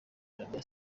arabia